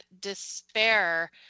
despair